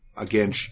Again